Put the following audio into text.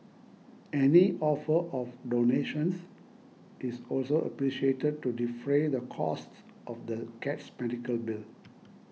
any offer of donations is also appreciated to defray the costs of the cat's medical bill